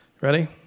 Ready